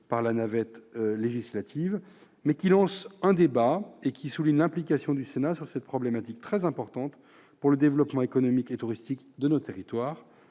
de la navette parlementaire, mais qui lance le débat et souligne l'implication du Sénat sur cette problématique très importante pour le développement économique et touristique de nos territoires.